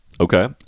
Okay